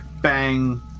bang